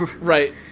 Right